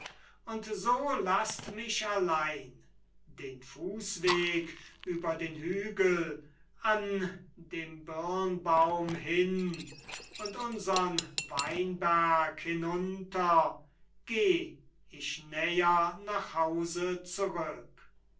und so laßt mich allein den fußweg über den hügel an dem birnbaum hin und unsern weinberg hinunter geh ich näher nach hause zurück